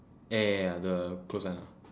ya ya ya the clothesline uh